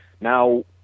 Now